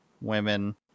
women